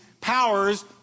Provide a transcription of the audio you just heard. powers